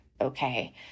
okay